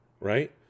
right